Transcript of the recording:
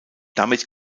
damit